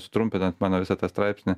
sutrumpinant mano visą tą straipsnį